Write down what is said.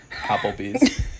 Applebee's